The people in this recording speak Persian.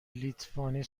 لیتوانی